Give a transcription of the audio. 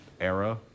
era